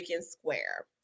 square